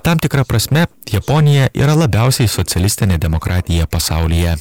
tam tikra prasme japonija yra labiausiai socialistinė demokratija pasaulyje